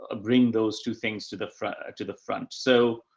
ah bring those two things to the front, to the front. so,